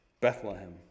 Bethlehem